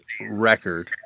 record